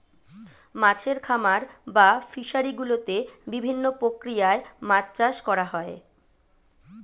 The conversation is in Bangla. মাছের খামার বা ফিশারি গুলোতে বিভিন্ন প্রক্রিয়ায় মাছ চাষ করা হয়